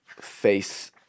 face